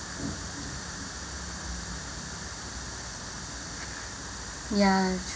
ya